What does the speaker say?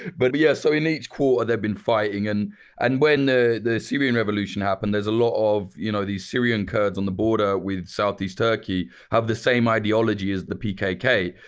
but yeah, so in each quarter they'd been fighting and and when the the syrian revolution happened, there's a lot of you know these syrian kurds on the border with southeast turkey, have the same ideology as the pkk.